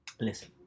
listen